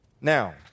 Now